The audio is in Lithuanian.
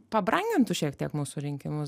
pabrangintų šiek tiek mūsų rinkimus